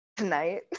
tonight